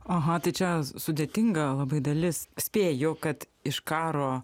aha tai čia sudėtinga labai dalis spėju kad iš karo